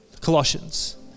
Colossians